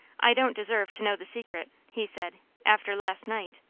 i don't deserve to know the secret, he said, after last night.